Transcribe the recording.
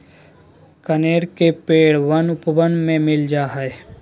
कनेर के पेड़ वन उपवन में मिल जा हई